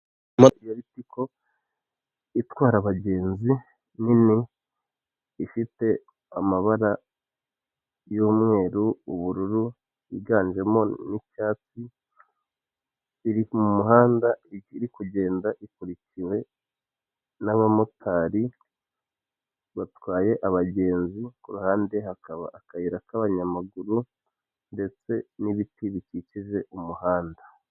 Imodoka itwara abagenzi nini ifite amabara y'umweru, ubururu yiganjemo n' icyatsi, iri mu muhanda irikugenda ikurikiwe n'abamotari batwaye abagenzi , kuruhande hakaba akayira kaba nyamaguru ndetse n'ibiti bikikije umuhanda.